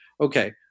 okay